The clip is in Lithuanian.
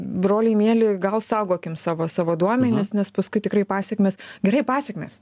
broliai mieli gal saugokim savo savo duomenis nes paskui tikrai pasekmės gerai pasekmės